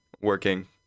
working